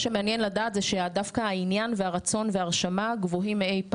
מה שמעניין לדעת זה שדווקא העניין והרצון וההרשמה גבוהים מאי פעם,